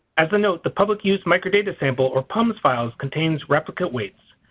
as a note, the public use microdata sample, or pums, files contain replicate weights.